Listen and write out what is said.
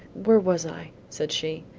where was i? said she.